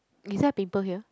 is there a pimple here